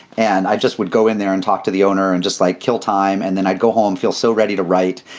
and i just would go in there and talk to the owner and just like kill time. and then i'd go home, feel so ready to write.